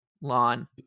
lawn